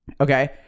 Okay